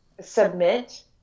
submit